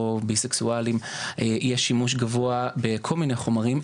ביסקסואלים יש שימוש גבוה בכל מיני חומרים,